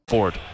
Ford